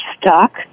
stuck